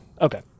okay